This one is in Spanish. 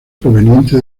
proveniente